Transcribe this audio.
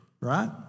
right